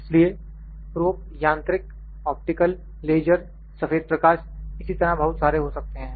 इसलिए प्रोब यांत्रिक optical laser सफेद प्रकाश इसी तरह बहुत सारे हो सकते हैं